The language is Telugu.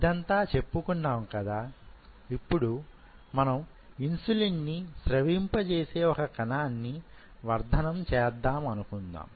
ఇదంతా చెప్పుకున్నాం కదా ఇప్పుడు మనం ఇన్సులిన్ని స్రవింపజేసే ఒక కణాన్నివర్ధనం చేద్దాం అనుకుందాం